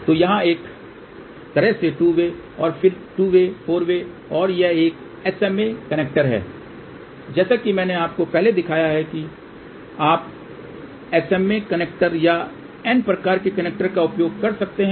तो यहां एक तरह से 2 वे और फिर 2 वे 4 वे और ये SMA कनेक्टर हैं जैसा कि मैंने आपको पहले दिखाया है आप एसएमए कनेक्टर या N प्रकार के कनेक्टर का उपयोग कर सकते हैं